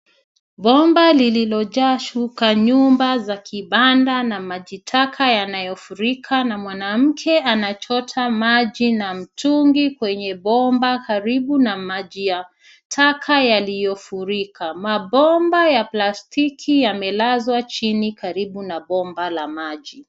Bomba lilojaa, shuka, nyumba za kibanda na maji taka yanayofurika na mwanamke anachota maji na mtungi kwenye bomba karibu na maji ya taka yaliyofurika. Mabomba ya plastiki yamelazwa chini karibu na bomba la maji.